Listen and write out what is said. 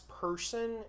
person